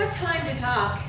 time to talk,